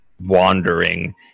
wandering